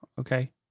Okay